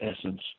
essence